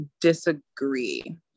disagree